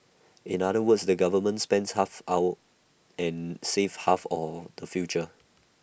in other words the government spends half our and saves half or the future